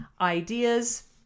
ideas